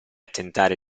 tentare